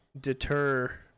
deter